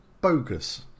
bogus